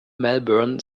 melbourne